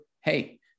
hey